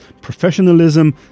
professionalism